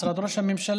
משרד ראש הממשלה,